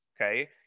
okay